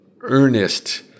earnest